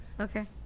Okay